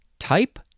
Type